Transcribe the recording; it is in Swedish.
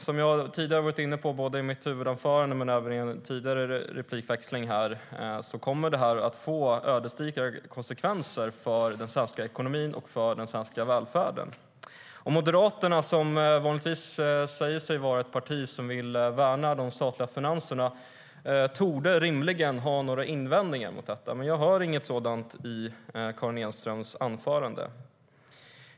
Som jag tidigare varit inne på i mitt huvudanförande och i en tidigare replikväxling här kommer detta att få ödesdigra konsekvenser för den svenska ekonomin och välfärden. Moderaterna, som vanligtvis säger sig vara ett parti som vill värna de statliga finanserna, torde rimligen ha invändningar mot detta, men jag hör inget sådant i Karin Enströms anförande.